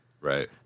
Right